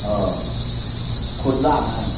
ओ खुर्रामे